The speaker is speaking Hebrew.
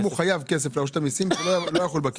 אם הוא חייב כסף לרשות המיסים, לא יחול בו קיזוז.